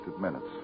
minutes